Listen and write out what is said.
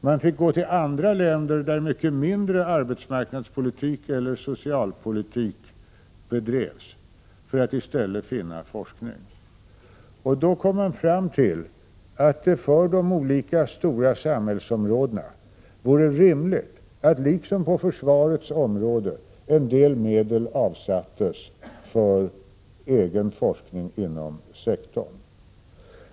Man fick gå till andra länder där arbetsmarknadspolitiken eller socialpolitiken var mindre omfattande för att finna någon forskning på områdena. Då kom man fram till att det för de stora samhällsområdena vore rimligt att, liksom på försvarets område, en del medel avsattes för egen forskning inom sektorn.